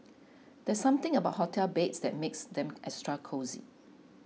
there's something about hotel beds that makes them extra cosy